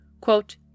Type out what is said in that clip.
Quote